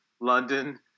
London